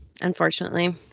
unfortunately